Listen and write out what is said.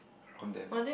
around them